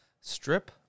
strip